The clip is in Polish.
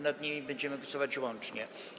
Nad nimi będziemy głosować łącznie.